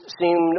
seem